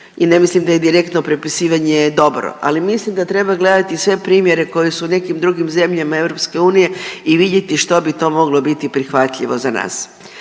i ne mislim da je direktno prepisivanje dobro, ali mislim da treba gledati sve primjere koji su u nekim drugim zemljama EU i vidjeti što bi to moglo biti prihvatljivo za nas.